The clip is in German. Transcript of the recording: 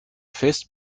fest